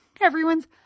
everyone's